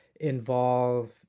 involve